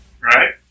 Right